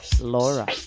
Laura